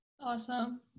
Awesome